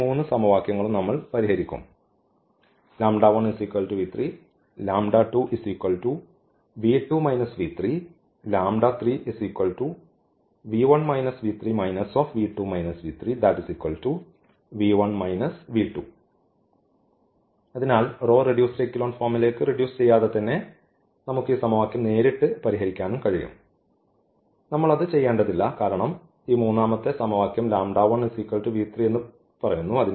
ഈ മൂന്ന് സമവാക്യങ്ങളും നമ്മൾ പരിഹരിക്കും അതിനാൽ റോ റെഡ്യൂസ്ഡ് എക്കലോൺ ഫോംലേക്ക് റെഡ്യൂസ് ചെയ്യാതെ തന്നെ നമുക്ക് ഈ സമവാക്യം നേരിട്ട് പരിഹരിക്കാനും കഴിയും നമ്മൾഅത് ചെയ്യേണ്ടതില്ല കാരണം ഈ മൂന്നാമത്തെ സമവാക്യം എന്ന് പറയുന്നു